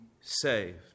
saved